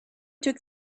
took